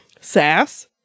Sass